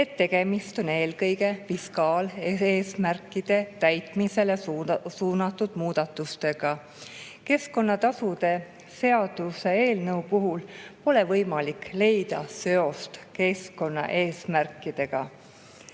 et tegemist on eelkõige fiskaaleesmärkide täitmisele suunatud muudatustega. Keskkonnatasude seaduse eelnõu puhul ei ole võimalik leida seost keskkonnaeesmärkidega.